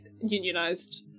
unionized